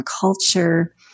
culture